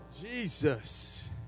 jesus